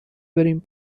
بریم